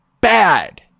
bad